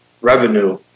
revenue